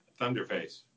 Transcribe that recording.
Thunderface